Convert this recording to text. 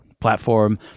platform